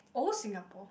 old Singapore